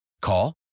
Call